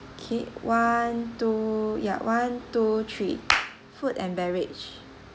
okay one two ya one two three food and beverage